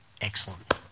Excellent